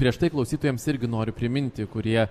prieš tai klausytojams irgi noriu priminti kurie